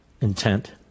Intent